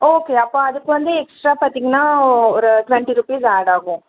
okay அப்போ அதுக்கு வந்து எக்ஸ்ட்ரா பார்த்திங்கன்னா ஒரு டுவென்ட்டி ருப்பீஸ் ஆட் ஆகும்